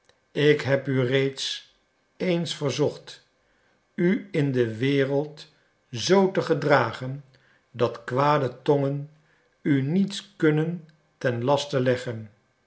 ik heb u reeds eens verzocht u in de wereld zoo te gedragen dat kwade tongen u niets kunnen ten laste leggen